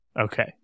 okay